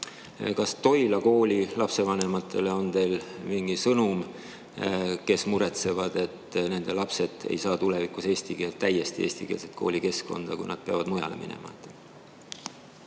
Kas Toila kooli lapsevanematele on teil mingi sõnum? Nad muretsevad, et nende lapsed ei saa tulevikus täiesti eestikeelset koolikeskkonda ja nad peavad mujale minema.